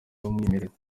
w’umwimerere